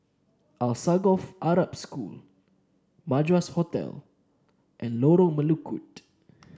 Alsagoff Arab School Madras Hotel and Lorong Melukut